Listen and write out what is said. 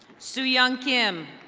su yung kim.